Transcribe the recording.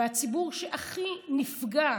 והציבור שהכי נפגע,